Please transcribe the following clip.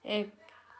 এক